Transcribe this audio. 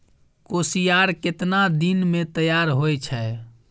कोसियार केतना दिन मे तैयार हौय छै?